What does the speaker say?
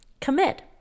commit